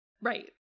Right